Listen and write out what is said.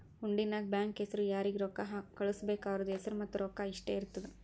ಹುಂಡಿ ನಾಗ್ ಬ್ಯಾಂಕ್ ಹೆಸುರ್ ಯಾರಿಗ್ ರೊಕ್ಕಾ ಕಳ್ಸುಬೇಕ್ ಅವ್ರದ್ ಹೆಸುರ್ ಮತ್ತ ರೊಕ್ಕಾ ಇಷ್ಟೇ ಇರ್ತುದ್